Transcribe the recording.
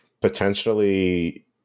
Potentially